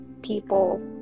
people